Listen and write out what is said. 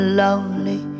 lonely